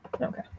Okay